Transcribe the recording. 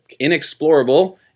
inexplorable